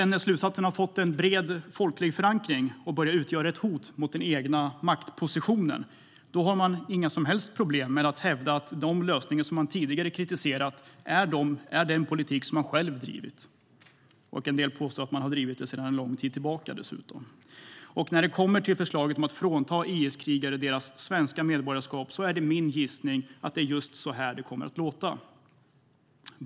När slutsatserna sedan har fått en bred folklig förankring och börjar utgöra ett hot mot den egna maktpositionen har man inga som helst problem att hävda att de lösningar man tidigare har kritiserat är den politik som man själv drivit. En del påstår att man har drivit den sedan lång tid tillbaka. När det kommer till förslaget om att frånta IS-krigare deras svenska medborgarskap är det min gissning att det är just så det kommer att låta.